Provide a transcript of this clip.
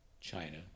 China